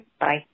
Bye